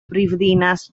brifddinas